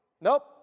Nope